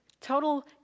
total